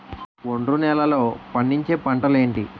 ఒండ్రు నేలలో పండించే పంటలు ఏంటి?